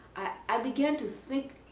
i began to think,